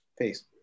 Peace